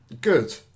Good